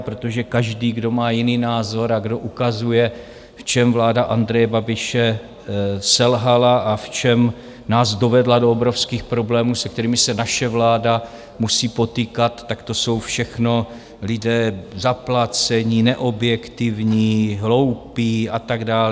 Protože každý, kdo má jiný názor a kdo ukazuje, v čem vláda Andreje Babiše selhala a v čem nás dovedla do obrovských problémů, se kterými se naše vláda musí potýkat, tak to jsou všechno lidé zaplacení, neobjektivní, hloupí a tak dále.